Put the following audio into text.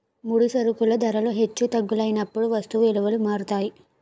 ముడి సరుకుల ధరలు హెచ్చు తగ్గులైనప్పుడు వస్తువు విలువలు మారుతాయి